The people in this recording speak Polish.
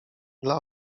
dla